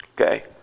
okay